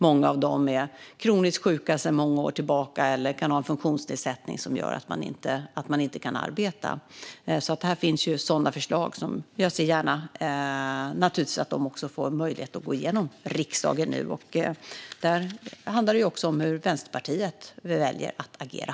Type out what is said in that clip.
Många av dem är kroniskt sjuka sedan många år tillbaka eller har en funktionsnedsättning som gör att de inte kan arbeta. Här finns alltså sådana förslag, och jag ser naturligtvis gärna att de får möjlighet att gå igenom riksdagen nu. Där handlar det också om hur Vänsterpartiet väljer att agera.